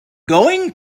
going